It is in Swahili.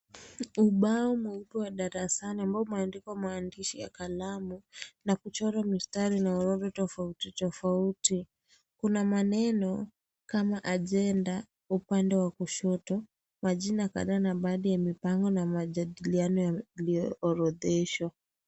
Ubao mweupe wa darasani ambao umeandikwa maandishi ya kalamu na kuchorwa mistari nyororo tofauti tofauti. Kuna maneno kama ajenda upande wa kushoto , majina kadhaa na baadhi yamepangwa na majadiliano yaliyoorodheshwa.